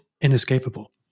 inescapable